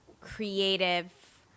creative